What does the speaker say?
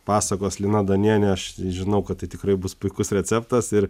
pasakos lina danienė aš žinau kad tai tikrai bus puikus receptas ir